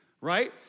right